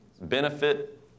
benefit